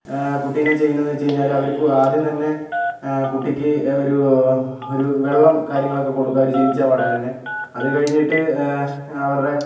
കുട്ടീനെ ചെയ്യുന്നത് എന്ന് വെച്ച് കഴിഞ്ഞാല് അവർക്ക് ആദ്യം തന്നെ കുട്ടിക്ക് ഒരു ഒരു വെള്ളം കാര്യങ്ങളൊക്കെ കൊടുക്കും അവര് ജനിച്ചപാട് തന്നെ അത് കഴിഞ്ഞിട്ട് അവരുടെ